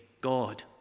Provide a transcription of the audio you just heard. God